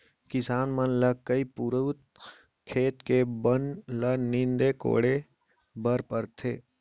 किसान मन ल कई पुरूत खेत के बन ल नींदे कोड़े बर परथे